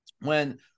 when-